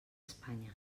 espanya